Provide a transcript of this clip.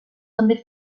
també